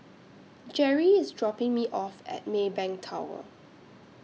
Gerri IS dropping Me off At Maybank Tower